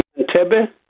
Tebe